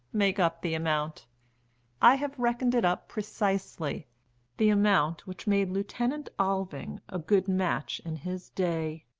make up the amount i have reckoned it up precisely the amount which made lieutenant alving a good match in his day.